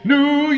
New